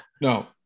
No